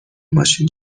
ماشین